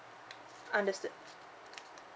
understood